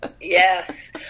Yes